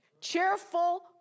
Cheerful